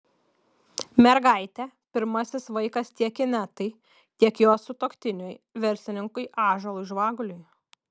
mergaitė pirmasis vaikas tiek inetai tiek jos sutuoktiniui verslininkui ąžuolui žvaguliui